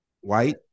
white